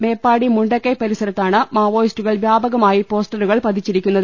മേപ്പാടി മുണ്ടക്കൈ പരിസരത്താണ് മാവോയിസ്റ്റുകൾ വ്യാപകമായി പോസ്റ്ററുകൾ പതിച്ചിരിക്കുന്നത്